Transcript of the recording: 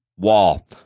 wall